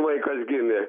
vaikas gimė